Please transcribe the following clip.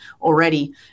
already